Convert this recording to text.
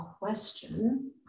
question